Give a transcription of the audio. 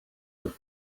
have